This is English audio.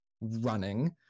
running